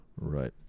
Right